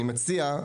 אני מציע,